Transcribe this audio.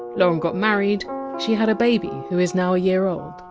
lauren got married she had a baby, who is now a year old.